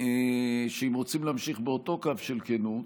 שאם רוצים להמשיך באותו קו של כנות,